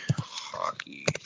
Hockey